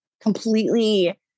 Completely